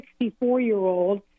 64-year-old